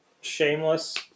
shameless